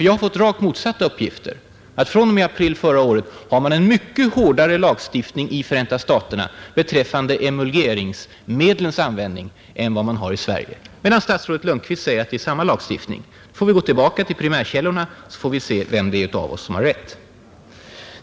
Jag har fått rakt motsatta uppgifter, nämligen att man fr.o.m. april förra året har en mycket hårdare lagstiftning i Förenta staterna beträffande emulgeringsmedlens användning än vad man har i Sverige. Men statsrådet Lundkvist säger att det är ungefär samma lagstiftning. Vi får nu gå till primärkällorna för att se vem av oss som har rätt.